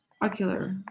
Ocular